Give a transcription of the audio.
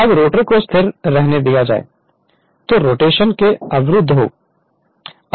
अब रोटर को स्थिर रहने दिया जाए जो रोटेशन से अवरुद्ध हो